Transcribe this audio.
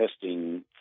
testing